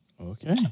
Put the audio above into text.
Okay